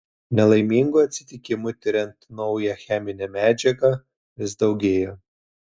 nelaimingų atsitikimų tiriant naują cheminę medžiagą vis daugėjo